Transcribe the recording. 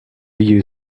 you